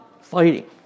fighting